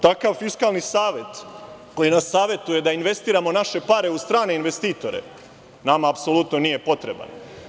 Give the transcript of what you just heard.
Takav Fiskalni savet, koji nas savetuje da investiramo naše pare u strane investitore, nama apsolutno nije potreban.